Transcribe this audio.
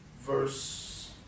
verse